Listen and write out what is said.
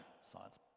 science